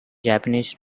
japanese